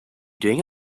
doing